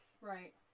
Right